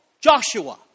Joshua